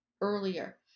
earlier